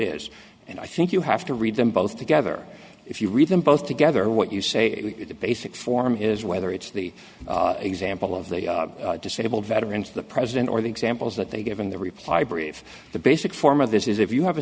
is and i think you have to read them both together if you read them both together what you say is the basic form is whether it's the example of the disabled veterans the president or the examples that they gave in the reply brief the basic form of this is if you have a